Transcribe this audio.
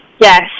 Yes